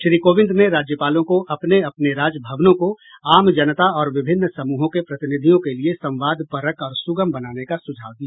श्री कोविंद ने राज्यपालों को अपने अपने राज भवनों को आम जनता और विभिन्न समूहों के प्रतिनिधियों के लिए संवादपरक और सुगम बनाने का सुझाव दिया